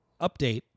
update